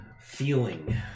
feeling